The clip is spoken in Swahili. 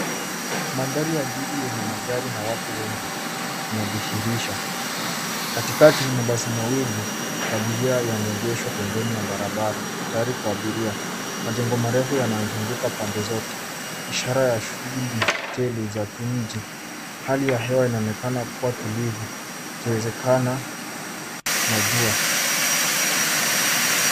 Mandhari ya jiji yenye magari na watu wengi inadhihirisha katikati mabasi mawili ya abiria yameegeshwa pembeni ya barabara tayari kwa abiria. Majengo marefu yanazuguka pande zote ishara ya shughuli tele za kimji. Hali ya hewa inaonekana kuwa tulivu ikiwezekana na jua.